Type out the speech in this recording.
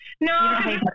No